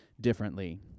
differently